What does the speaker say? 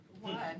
One